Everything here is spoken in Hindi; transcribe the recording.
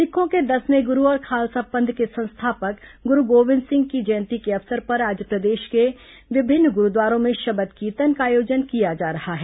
सिक्खों के दसवें गुरू और खालसा पंथ के संस्थापक गुरू गोविंद सिंह की जयंती के अवसर पर आज प्रदेश के विभिन्न गुरूद्वारों में शबद कीर्तन का आयोजन किया जा रहा है